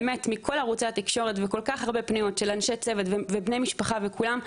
מכל ערוצי התקשורת כל כך הרבה פניות של בני צוות ואנשי משפחה וכולם.